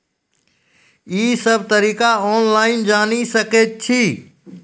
ई सब तरीका ऑनलाइन जानि सकैत छी?